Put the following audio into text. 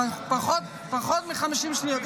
פחות מ-50 שניות.